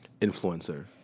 Influencer